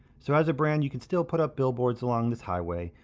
so as a brand, you can still put up billboards along this highway,